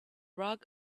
rug